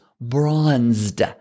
bronzed